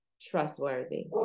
trustworthy